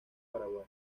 paraguay